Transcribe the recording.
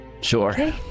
Sure